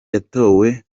yatowe